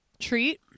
Treat